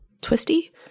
twisty